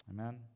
Amen